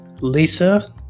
Lisa